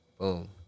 Boom